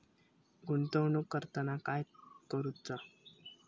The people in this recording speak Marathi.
गुंतवणूक करताना काय करुचा?